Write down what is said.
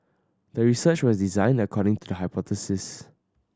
the research was designed according to the hypothesis